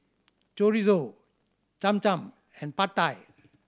Chorizo Cham Cham and Pad Thai